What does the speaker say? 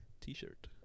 T-shirt